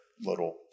little